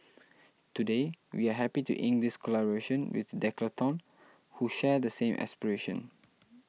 today we are happy to ink this collaboration with Decathlon who share the same aspiration